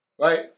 right